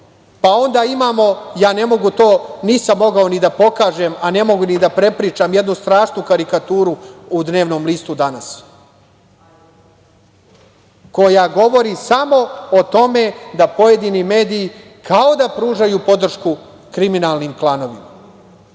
onda imamo, nisam mogao to ni da pokažem, a ne mogu ni da prepričam, jednu strašnu karikaturu u dnevnom listu „Danas“, koja govori samo o tome da pojedini mediji kao da pružaju podršku kriminalnim klanovima.